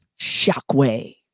Shockwave